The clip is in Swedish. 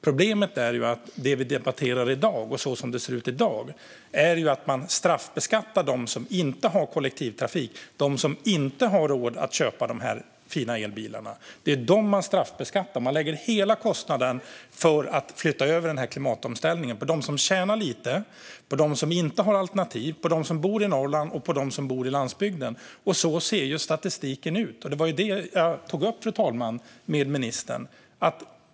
Problemet är det vi debatterar i dag, och så som det ser ut i dag, att man straffbeskattar dem som inte har kollektivtrafik och dem som inte har råd att köpa de här fina elbilarna. Det är dem man straffbeskattar. Man lägger hela kostnaden för att göra den här klimatomställningen på dem som tjänar lite, på dem som inte har alternativ, på dem som bor i Norrland och på dem som bor på landsbygden. Så ser statistiken ut. Det var det jag tog upp, fru talman, med ministern.